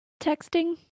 Texting